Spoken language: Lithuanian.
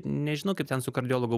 nežinau kaip ten su kardiologu